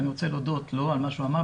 ואני רוצה להודות לו על מה שהוא אמר,